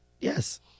Yes